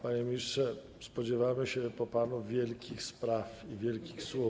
Panie ministrze, spodziewamy się po panu wielkich spraw i wielkich słów.